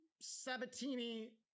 Sabatini